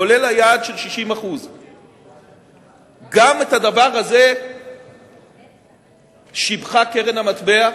כולל היעד של 60%. גם את הדבר הזה שיבחה קרן המטבע.